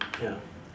ya